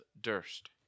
Durst